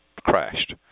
crashed